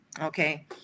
okay